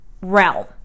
realm